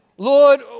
Lord